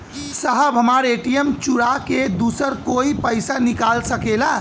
साहब हमार ए.टी.एम चूरा के दूसर कोई पैसा निकाल सकेला?